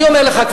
אני אומר לך,